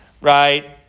right